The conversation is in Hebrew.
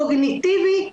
קוגניטיבי,